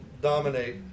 dominate